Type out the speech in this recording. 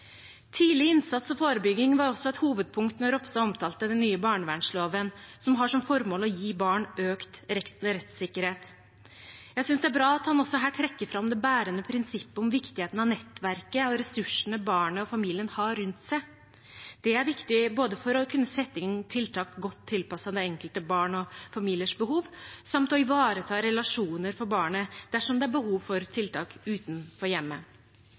Tidlig innsats og forebygging var også et hovedpunkt da Ropstad omtalte den nye barnevernloven, som har som formål å gi barn økt rettssikkerhet. Jeg synes det er bra at han også her trekker fram det bærende prinsippet om viktigheten av nettverket og ressursene barnet og familien har rundt seg. Det er viktig både for å kunne sette inn tiltak godt tilpasset det enkelte barn og familiers behov og for å ivareta relasjoner for barnet dersom det er behov for tiltak utenfor hjemmet.